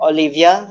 Olivia